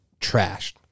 trashed